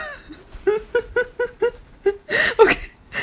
okay